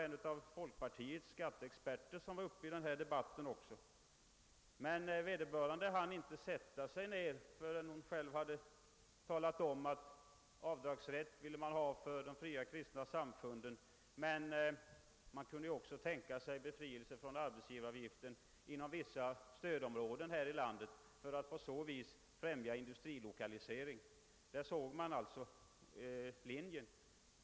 En av folkpartiets skatteexperter var uppe i denna debatt, och vederbörande hann inte avsluta sitt anförande förrän det talades om att man både ville ha avdragsrätt för de fria kristna samfunden och att man ville ha befrielse från arbetsgivaravgiften inom «vissa stödområden för att på så vis stödja industrilokalisering. Här ser man alltså följderna.